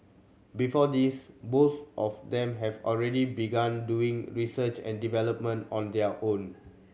before this both of them have already begun doing research and development on their own